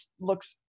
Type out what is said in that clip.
looks